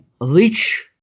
rich